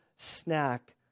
Snack